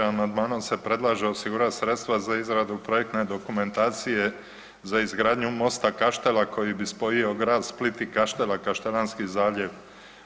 Amandmanom se predlaže osigurati sredstva za izradu projektne dokumentacije za izgradnju mosta Kaštela koji bi spojio grad Split i Kaštela, Kaštelanski zaljev.